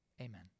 Amen